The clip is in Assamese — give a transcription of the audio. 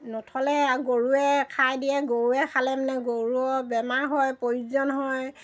নথ'লে গৰুৱে খাই দিয়ে গৰুৱে খালে মানে গৰুৰ বেমাৰ হয় পইজন হয়